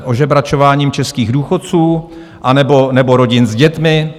Ožebračováním českých důchodců, anebo rodin s dětmi?